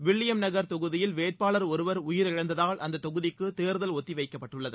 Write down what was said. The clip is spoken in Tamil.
வில்லியம் நகர் தொகுதியல் வேட்பாளர் ஒருவர் உயிரிழந்ததால் அந்த தொகுதிக்கு தேர்தல் ஒத்திவைக்கப்பட்டுள்ளது